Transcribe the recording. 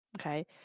Okay